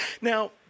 Now